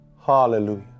Hallelujah